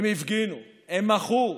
הם הפגינו, הם מחו.